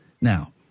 Now